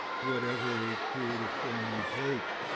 whatever creative form we take,